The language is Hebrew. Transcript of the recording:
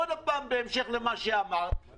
עוד פעם בהמשך למה שאמרת,